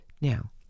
Now